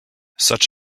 such